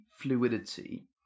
fluidity